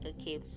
okay